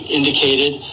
indicated